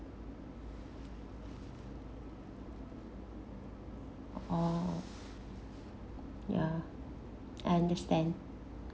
oh ya understand